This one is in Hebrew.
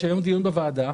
יש היום דיון בוועדה,